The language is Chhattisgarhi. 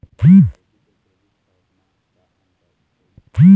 डेबिट अऊ क्रेडिट कारड म का अंतर होइस?